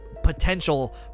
potential